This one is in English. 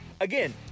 Again